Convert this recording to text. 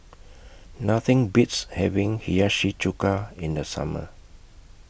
Nothing Beats having Hiyashi Chuka in The Summer